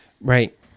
Right